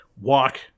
walk